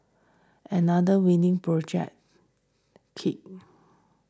another winning project kit